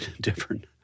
different